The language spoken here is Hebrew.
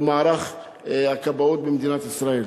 במערך הכבאות במדינת ישראל.